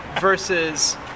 Versus